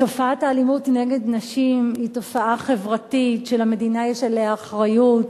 תופעת האלימות נגד נשים היא תופעה חברתית שלמדינה יש עליה אחריות,